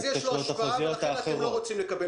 אז יש לו השפעה ולכן אתם לא רוצים לקבל